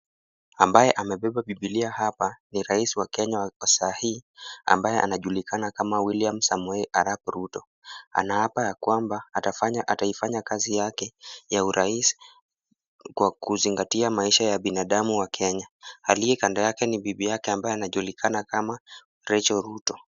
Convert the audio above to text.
Ambaye amebeba bibilia hapa ni rais wa Kenya wa sahii ambaye anajulikana kama William Samoei Arap Ruto anaapa ya kwamba ataifanya kazi yake ya urais kwa kuzingatia maisha ya binadamu wa Kenya. Aliye kando yake ni bibi yake ambaye anajulikana kama Rachel Ruto.